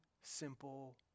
simple